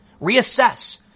Reassess